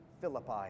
Philippi